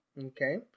Okay